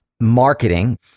marketing